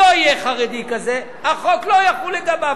לא יהיה חרדי כזה, החוק לא יחול לגביו.